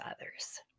others